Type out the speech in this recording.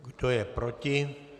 Kdo je proti?